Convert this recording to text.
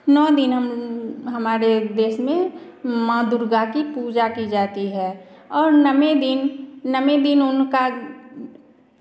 नौ दिन हम हमारे देश में माँ दुर्गा की पूजा की जाती है और नौवें दिन नौवें दिन उनका